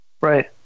Right